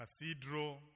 cathedral